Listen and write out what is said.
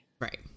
Right